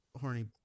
horny-